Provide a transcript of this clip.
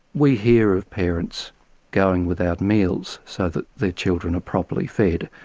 we hear of parents going without meals so that their children are properly fed,